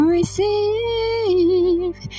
Receive